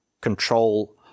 control